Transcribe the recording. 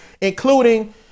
including